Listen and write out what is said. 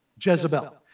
Jezebel